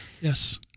Yes